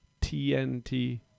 TNT